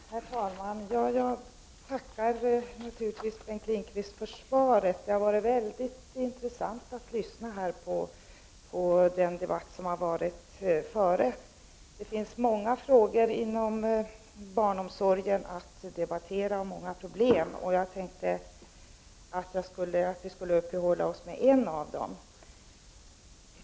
Herr talman! Jag tackar naturligtvis Bengt Lindqvist för svaret. Det har varit väldigt intressant att lyssna på den debatt som just har varit. Det finns många frågor och problem inom barnomsorgen att debattera. Jag tänkte att vi skulle uppehålla oss vid en av frågorna.